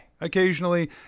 occasionally